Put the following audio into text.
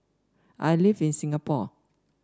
I live in Singapore